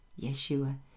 Yeshua